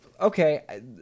okay